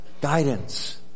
guidance